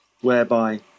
whereby